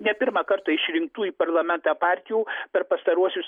ne pirmą kartą išrinktų į parlamentą partijų per pastaruosius